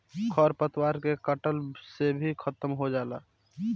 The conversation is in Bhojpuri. खर पतवार के कटला से भी खत्म हो जाला